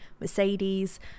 Mercedes